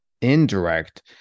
indirect